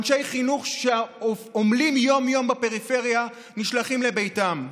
אנשי חינוך שעמלים יום-יום בפריפריה נשלחים לביתם?